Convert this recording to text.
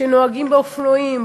שנוהגים באופנועים,